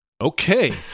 Okay